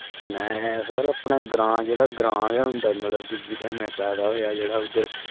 में सर अपने ग्रांऽ जेह्ड़ा ग्रांऽ गै होंदा मतलब कि जित्थै में पैदा होएआ जेह्ड़ा उद्धर